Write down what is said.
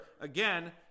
Again